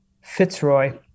Fitzroy